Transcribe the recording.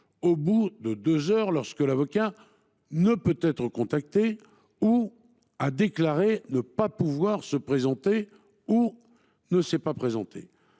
au bout de deux heures lorsque l’avocat ne peut être contacté, ou a déclaré ne pas pouvoir se présenter, ou encore ne s’est pas présenté.